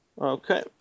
Okay